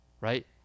right